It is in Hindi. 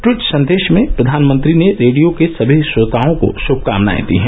ट्वीट संदेश में प्रधानमंत्री ने रेडियो के सभी श्रोताओं को गुभकामनायें दी हैं